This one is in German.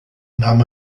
nahm